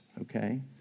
okay